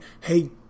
hey